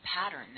pattern